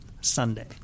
Sunday